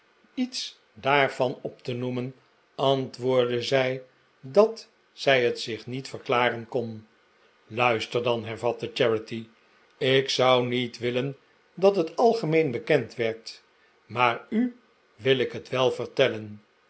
iets daarvan op te noemen antwoordde zij dat zij het zich niet verklaren kon luister dan hervatte charity ik zou niet willen dat het algemeen bekend werd maar u wil ik het wel vertellen